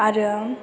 आरो